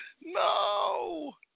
no